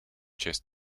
chess